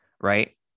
right